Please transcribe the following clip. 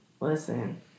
listen